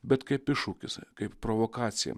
bet kaip iššūkis kaip provokacija